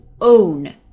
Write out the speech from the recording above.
own